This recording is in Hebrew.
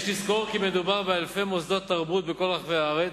יש לזכור כי מדובר באלפי מוסדות תרבות בכל רחבי הארץ,